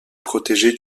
protégé